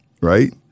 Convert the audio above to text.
right